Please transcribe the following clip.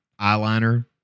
eyeliner